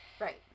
Right